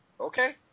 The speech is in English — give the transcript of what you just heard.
Okay